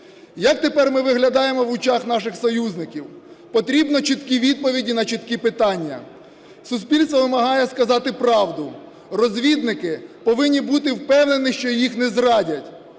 Як тепер ми виглядаємо в очах наших союзників? Потрібні чіткі відповіді на чіткі питання, суспільство вимагає сказати правду. Розвідники повинні бути впевнені, що їх не зрадять.